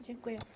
Dziękuję.